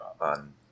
on